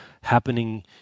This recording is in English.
happening